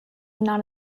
not